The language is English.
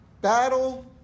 battle